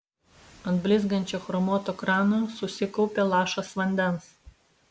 ant blizgančio chromuoto krano susikaupė lašas vandens